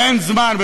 ואין זמן.